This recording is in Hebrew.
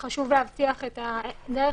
שחשוב להבטיח את הדרך,